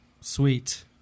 Sweet